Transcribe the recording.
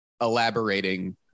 elaborating